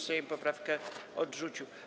Sejm poprawkę odrzucił.